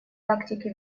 тактики